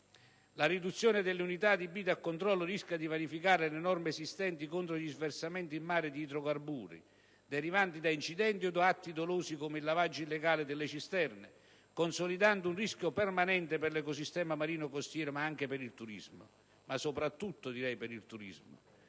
la riduzione delle unità adibite a controllo rischia di vanificare le norme esistenti contro gli sversamenti in mare di idrocarburi, derivanti da incidenti o da atti dolosi come il lavaggio illegale delle cisterne, consolidando un rischio permanente per l'ecosistema marino-costiero ma anche e soprattutto per il turismo.